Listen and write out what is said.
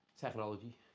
technology